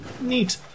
Neat